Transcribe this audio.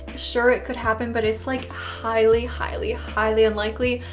sure it could happen but it's like highly, highly, highly unlikely.